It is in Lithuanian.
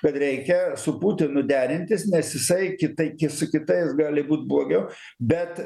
kad reikia su putinu derintis nes jisai kitaip su kitais gali būt blogiau bet